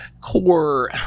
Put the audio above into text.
core